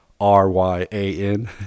R-Y-A-N